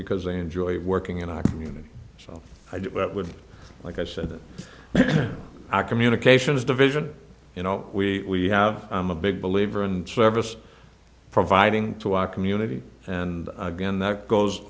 because they enjoy working in our community so i do but would like i said our communications division you know we have i'm a big believer and service providing to our community and again that goes